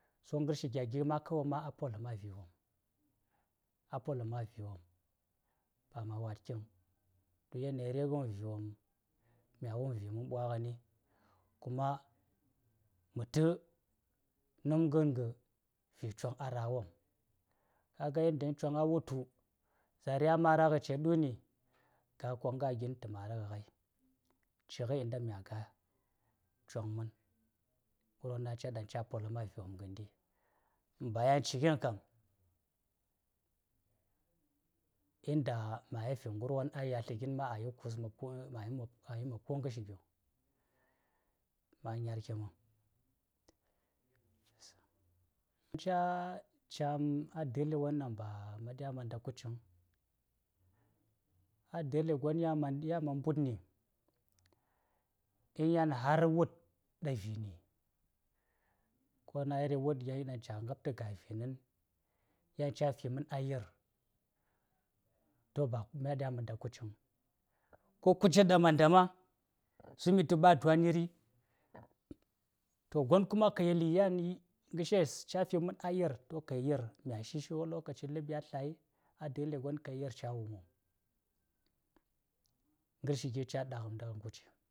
﻿To ngarshi gya gi kawai ma a polam a viwom. A polamngha viwom. Ba ma̱ wat kivaŋ. Ka yel mari wom dan, mya wum viwom man ɓwagheni, kuma mata numgan ŋavi Chong a rawom. Kaga idan Chong ya wulgh tu, zar ya maragh ce ɗuni, ga koŋga gan ta maraghai, ciyi nda mya ga Chong man. Ngarwon ɗaŋ a ca ca polamngha viwom ndi. In ba yan ciyi vaŋ kam, don da̱ ma̱ yi fi ngarwon a yasli gan ma ɗaŋ ta yi kus mob ka man ɓazlaŋ a ko ngarshi gyo. Manyar ki man. Cacạm a dal won ɗaŋ ba mạ ɗya ma nda kuci van. A dali gwon yan ma mɓudni, in yan har wụt ɗa vinni, ko na iri wụt ɗaŋ cayi ŋgab ta ga Vin, yan ca fim-man a yir, to ba mya ɗya ma nda̱ ku̱tci vaŋ. Ko ku̱tces ɗaŋ nda ma, na sumị tu mạ dwan yirị. To gwon kuma ka yel yan ngarshes ca taimaka yir, to ka yel, ya shishi lokaci lab ya tyla dali gwon ka yel ca: wumam. to ngarshi gi: caɗak'am ŋga ndagan ku̱tci.